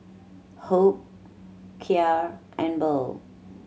Hope Kya and Burl